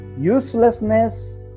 uselessness